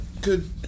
good